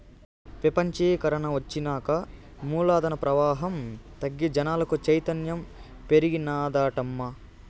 పెపంచీకరన ఒచ్చినాక మూలధన ప్రవాహం తగ్గి జనాలకు చైతన్యం పెరిగినాదటమ్మా